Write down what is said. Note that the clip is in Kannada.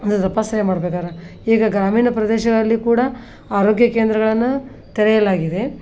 ತಪಾಸಣೆ ಮಾಡ್ಬೇಕಾರೆ ಈಗ ಗ್ರಾಮೀಣ ಪ್ರದೇಶಗಳಲ್ಲಿ ಕೂಡ ಆರೋಗ್ಯ ಕೇಂದ್ರಗಳನ್ನು ತೆರೆಯಲಾಗಿದೆ